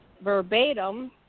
verbatim